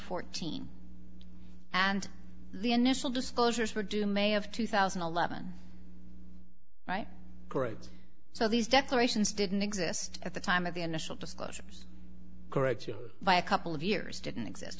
fourteen and the initial disclosures were due may of two thousand and eleven right correct so these declarations didn't exist at the time of the initial disclosures correct you by a couple of years didn't exist